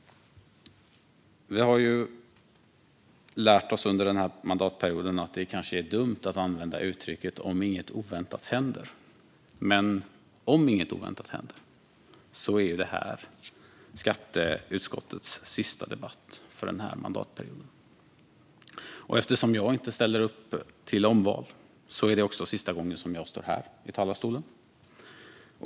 Vi har under mandatperioden lärt oss att det kanske är dumt att använda uttrycket "om inget oväntat händer". Men om inget oväntat händer är det här skatteutskottets sista debatt för den här mandatperioden. Eftersom jag inte ställer upp till omval är det också sista gången jag står här i talarstolen.